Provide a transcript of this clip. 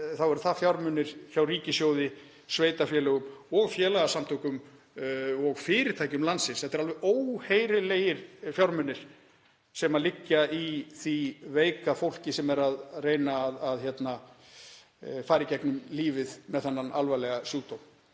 þá eru það fjármunir hjá ríkissjóði, sveitarfélögum og félagasamtökum og fyrirtækjum landsins — það eru alveg óheyrilegir fjármunir sem liggja í því veika fólki sem er að reyna að fara í gegnum lífið með þennan alvarlega sjúkdóm.